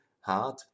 hard